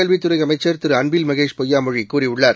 கல்வித்துறைஅமைச்சர் திருஅன்பில் Mahesh பொய்யாமொழிகூறியுள்ளார்